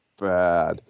bad